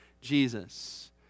Jesus